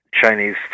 Chinese